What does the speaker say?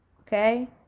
Okay